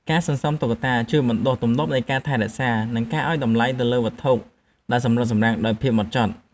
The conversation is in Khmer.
ការសន្សំតុក្កតាជួយបណ្ដុះ ទម្លាប់នៃការថែរក្សា និងការឱ្យតម្លៃទៅលើវត្ថុដែលសម្រិតសម្រាំងដោយភាពហ្មត់ចត់។